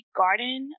garden